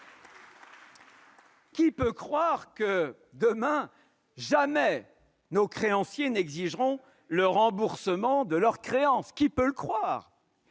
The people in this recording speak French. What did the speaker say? Qui peut croire que, demain, nos créanciers n'exigeront pas le remboursement de leurs créances ? Qui peut croire